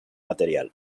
material